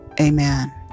Amen